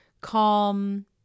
calm